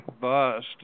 bust